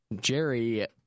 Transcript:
Jerry